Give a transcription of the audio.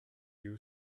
you